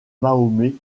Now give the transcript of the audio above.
mahomet